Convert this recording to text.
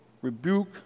rebuke